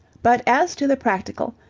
but as to the practical,